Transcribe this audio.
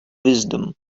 wisdom